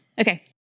Okay